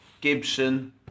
Gibson